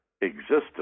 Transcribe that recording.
existence